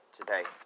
today